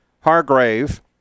Hargrave